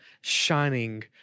shining